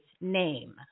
name